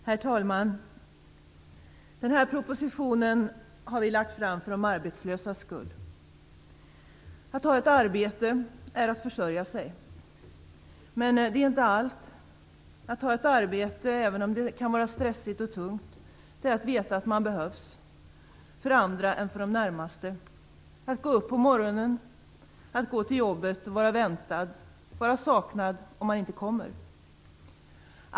Herr talman! Den här propositionen har vi lagt fram för de arbetslösas skull. Att ha ett arbete är att försörja sig. Men det är inte allt. Att ha ett arbete, även om det kan vara stressigt och tungt, är att veta att man behövs för andra än för de närmaste; att gå upp på morgonen, att gå till jobbet och vara väntad och att vara saknad om man inte kommer.